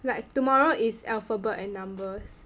like tomorrow is alphabet and numbers